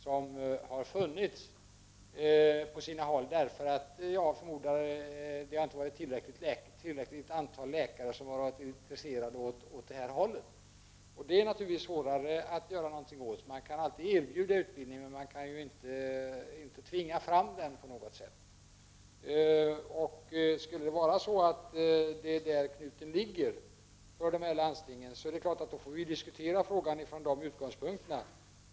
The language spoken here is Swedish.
Jag förmodar att det inte har funnits tillräckligt många läkate med intresse åt det hållet, och det är naturligtvis svårare att göra någonting åt. Man kan alltid erbjuda utbildning, men man kan inte tvinga fram ett intresse för den. Skulle det vara där knuten ligger i vissa landsting, då får vi diskutera frågan från de utgångspunkterna.